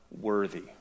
worthy